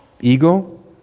Ego